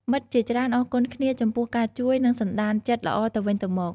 មិត្តជាច្រើនអរគុណគ្នាចំពោះការជួយ និងសណ្ដានចិត្តល្អទៅវិញទៅមក។